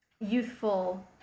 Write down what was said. youthful